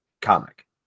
comic